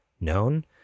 known